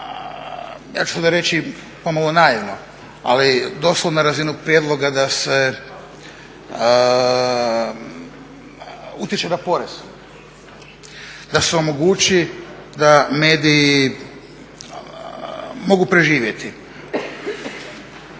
ja ću sada reći pomalo naivno ali doslovno na razinu prijedloga da se utječe na porez. Da se omogući da mediji mogu preživjeti.